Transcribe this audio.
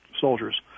soldiers